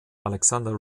alexander